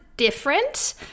different